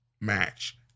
match